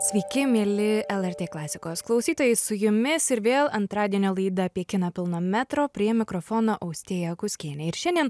sveiki mieli lrt klasikos klausytojai su jumis ir vėl antradienio laida apie kiną pilno metro prie mikrofono austėja kuskienė ir šiandien